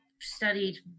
studied